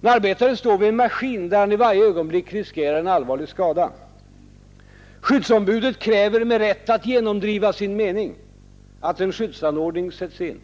En arbetare står vid en maskin, där han i varje ögonblick riskerar en allvarlig skada. Skyddsombudet kräver, med rätt att genomdriva sin mening, att en skyddsanordning sätts in.